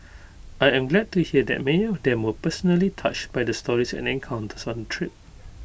I am glad to hear that many of them were personally touched by the stories and encounters on trip